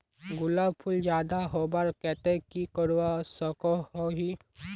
गुलाब फूल ज्यादा होबार केते की करवा सकोहो ही?